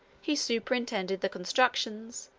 he superintended the constructions,